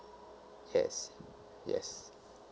yes yes